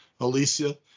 Alicia